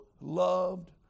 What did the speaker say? loved